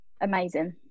amazing